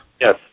Yes